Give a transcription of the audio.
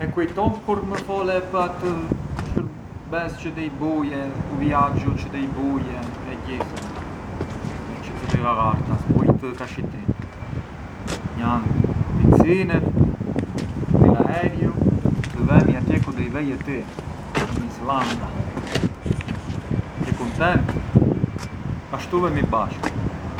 E kujton kur më fole për atë shurbes çë dej buje, u viaxhu çë dej buje e gjithë? Vrej çë të righagharta, zbyll atë kashitin, jan picinet dhi l’aereu të vemi atje ku dej veje ti, in Islanda, je kuntent, ashtu vemi bashkë.